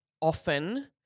often